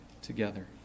Together